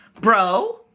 bro